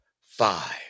five